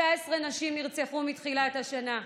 19 נשים נרצחו מתחילת השנה,